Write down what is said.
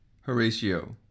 horatio